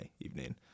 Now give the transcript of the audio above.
evening